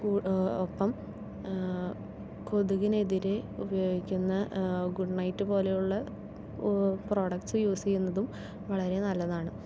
കൂട് ഒപ്പം കൊതുകിനെതിരെ ഉപയോഗിക്കുന്ന ഗുഡ് നൈറ്റ് പോലെ ഉള്ള പ്രോഡക്റ്റ്സ് യൂസ് ചെയ്യുന്നതും വളരെ നല്ലതാണ്